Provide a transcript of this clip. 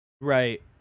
Right